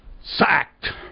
sacked